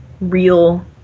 real